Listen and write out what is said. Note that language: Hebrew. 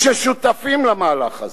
ששותפות למהלך הזה,